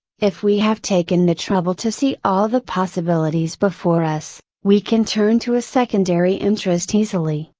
if we have taken the trouble to see all the possibilities before us, we can turn to a secondary interest easily,